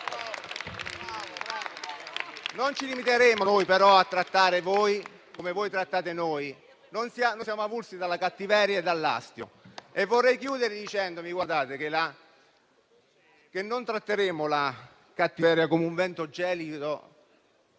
Non ci limiteremo però a trattarvi come voi trattate noi, che siamo avulsi dalla cattiveria e dall'astio. Vorrei concludere dicendovi che non tratteremo la cattiveria come un vento gelido